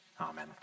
Amen